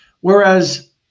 whereas